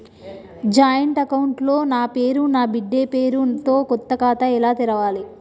Joint account లో నా పేరు నా బిడ్డే పేరు తో కొత్త ఖాతా ఎలా తెరవాలి?